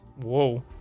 Whoa